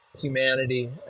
humanity